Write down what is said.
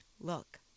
look